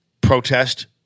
protest